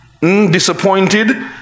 disappointed